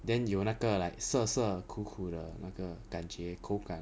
then 有那个 like 瑟瑟苦苦的那个感觉口感